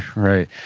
right.